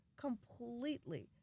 completely